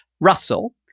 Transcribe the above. Russell